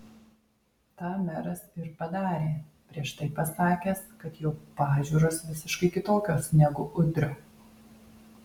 tą meras ir padarė prieš tai pasakęs kad jo pažiūros visiškai kitokios negu udrio